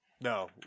No